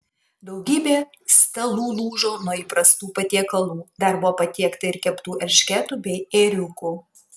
daugybė stalų lūžo nuo įprastų patiekalų dar buvo patiekta ir keptų eršketų bei ėriukų